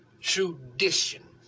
tradition